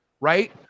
right